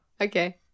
okay